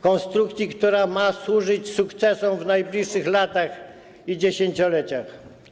Konstrukcji, która ma służyć sukcesom w najbliższych latach i dziesięcioleciach.